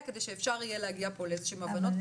בלי אלה אפשר לבוא בביקורת למערכת הבריאות.